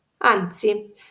Anzi